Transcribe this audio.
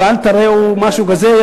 ואל תרעו, משהו כזה.